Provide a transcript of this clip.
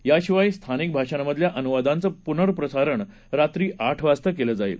याशिवाय स्थानिक भाषांमधल्या अनुवादाचं पुनःप्रसारण रात्री आठ वाजता केलं जाईल